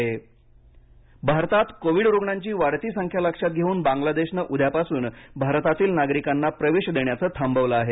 बांगलादेश भारतात कोविड रुग्णांची वाढती संख्या लक्षात घेऊन बांगलादेशनं उद्यापासून भारतातील नागरिकांना प्रवेश देण्याचं थांबवलं आहे